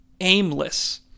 aimless